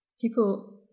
people